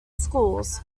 schools